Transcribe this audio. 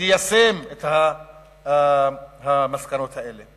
ותיישם את המסקנות האלה.